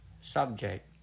subject